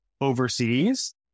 overseas